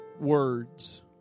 words